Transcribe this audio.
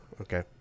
Okay